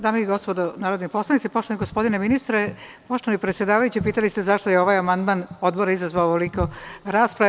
Dame i gospodo narodni poslanici, poštovani gospodine ministre, poštovani predsedavajući, pitali ste - zašto je ovaj amandman Odbora izazvao ovoliko rasprave?